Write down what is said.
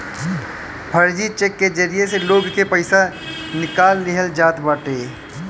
फर्जी चेक के जरिया से लोग के पईसा निकाल लिहल जात बाटे